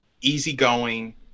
easygoing